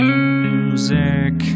music